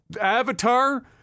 Avatar